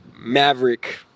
Maverick